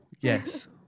yes